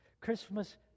Christmas